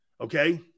Okay